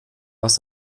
was